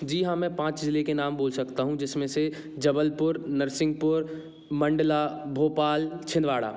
जी हाँ मैं पाँच ज़िलों के नाम बोल सकता हूँ जिस में से जबलपुर नरसिंहपुर मंडला भोपाल छिंदवाड़ा